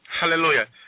Hallelujah